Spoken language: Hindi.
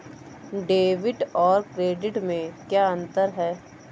डेबिट और क्रेडिट में क्या अंतर है?